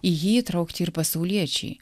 į jį įtraukti ir pasauliečiai